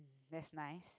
that's nice